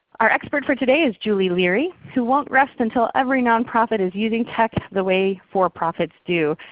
our expert for today is julie leary who won't rest until every nonprofit is using tech the way for-profits do.